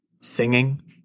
singing